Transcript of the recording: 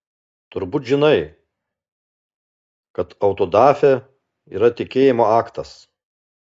turbūt žinai kad autodafė yra tikėjimo aktas